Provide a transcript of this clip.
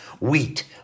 Wheat